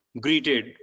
greeted